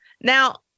Now